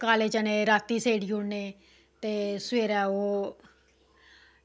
काले चने रातीं सेड़ी ओड़ने ते सबैरे ओह्